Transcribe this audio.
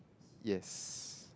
yes